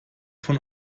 von